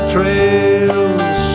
Trails